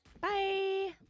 Bye